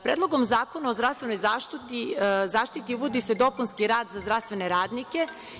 Predlogom zakona o zdravstvenoj zaštiti, uvodi se dopunski rad za zdravstvene radnike.